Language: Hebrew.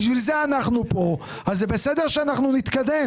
לשם כך אנחנו כאן וזה בסדר שנתקדם.